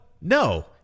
no